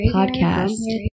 Podcast